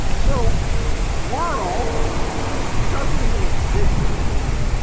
so world doesn't even exist anymore.